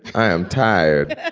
i am tired.